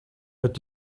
wird